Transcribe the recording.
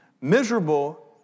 Miserable